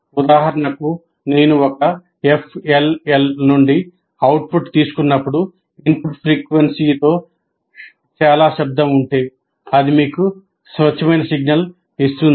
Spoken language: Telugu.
ఉదాహరణకు నేను ఒక FLL నుండి అవుట్పుట్ తీసుకున్నప్పుడు ఇన్పుట్ ఫ్రీక్వెన్సీతో చాలా శబ్దం ఉంటే అది మీకు స్వచ్ఛమైన సిగ్నల్ ఇస్తుంది